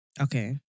Okay